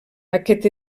aquest